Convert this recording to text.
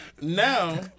now